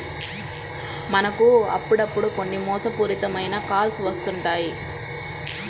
మనకు అప్పుడప్పుడు కొన్ని మోసపూరిత మైన కాల్స్ వస్తుంటాయి